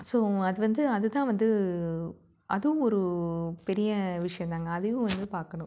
so அது வந்து அது தான் வந்து அதுவும் ஒரு பெரிய விஷயம் தாங்க அதையும் வந்து பார்க்கணும்